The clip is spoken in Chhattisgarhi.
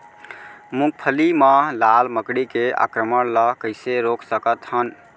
मूंगफली मा लाल मकड़ी के आक्रमण ला कइसे रोक सकत हन?